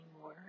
more